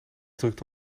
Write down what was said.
drukte